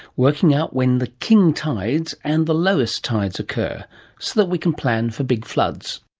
working out when the king tides and the lowest tides occur, so that we can plan for big floods.